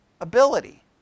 ability